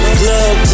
club